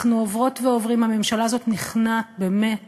אנחנו עוברות ועוברים, הממשלה הזאת נכנעת באמת